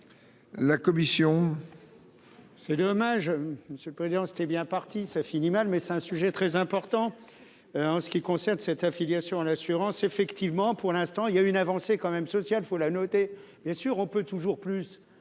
la commission ?